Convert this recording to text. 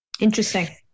Interesting